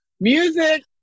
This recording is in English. music